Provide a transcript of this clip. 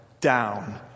down